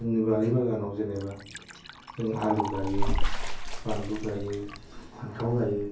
जोंनि बारि बागानाव जेन'बा जों आलु गायो बानलु गायो फानथाव गायो